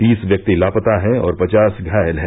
तीस व्यक्ति लापता है और पचास घायल हैं